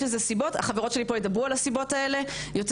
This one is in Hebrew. החברות שלי פה ידברו על הסיבות האלה יותר